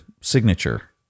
Signature